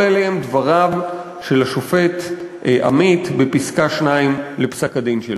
כל אלה הם דבריו של השופט עמית בפסקה 2 בפסק-הדין שלו.